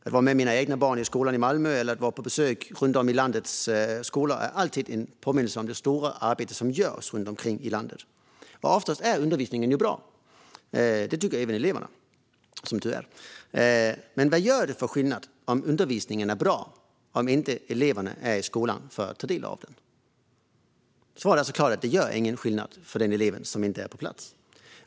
Att vara med mina egna barn i skolan i Malmö eller att vara på besök runt om i landets skolor ger alltid en påminnelse om det stora arbete som görs runt omkring i landet. Oftast är undervisningen bra. Det tycker även eleverna, som tur är. Men vad hjälper det om undervisningen är bra om inte eleverna är i skolan för att ta del av den?